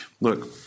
Look